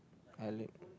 I like